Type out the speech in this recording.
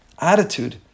attitude